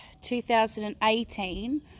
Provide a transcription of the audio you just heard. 2018